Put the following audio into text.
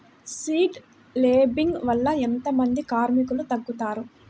Seed లేంబింగ్ వల్ల ఎంత మంది కార్మికులు తగ్గుతారు?